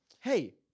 Hey